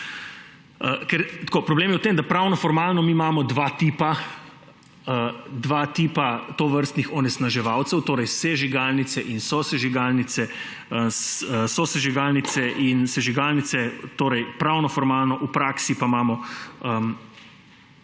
Ker problem je v tem, da pravnoformalno imamo dva tipa tovrstnih onesnaževalcev, torej sežigalnice in sosežigalnice – pravnoformalno, v praksi pa imamo